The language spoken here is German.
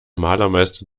malermeister